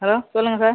hello சொல்லுங்கள் sir